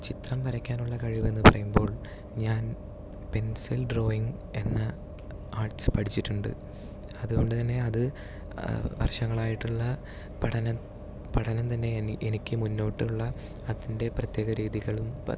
ചിത്രം വരയ്ക്കാനുള്ള കഴിവ് എന്ന് പറയുമ്പോൾ ഞാൻ പെൻസിൽ ഡ്രോയിങ് എന്ന ആർട്സ് പഠിച്ചിട്ടുണ്ട് അതുകൊണ്ട് തന്നെ അത് വർഷങ്ങളായിട്ടുള്ള പഠനം പഠനം തന്നെ എനിക്ക് മുന്നോട്ടുള്ള അതിൻ്റെ പ്രത്യേക രീതികളും